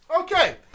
okay